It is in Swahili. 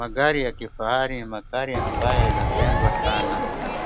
Magari ya kifahari ni magari ambayo yanapendwa sana.